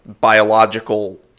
biological